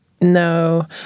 No